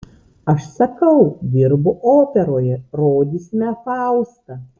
aš sakau dirbu operoje rodysime faustą